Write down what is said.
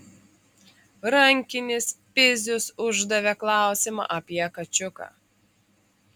rankinis pizius uždavė klausimą apie kačiuką